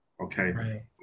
okay